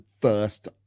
first